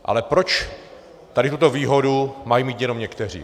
Ale proč tady tuto výhodu mají mít jenom někteří?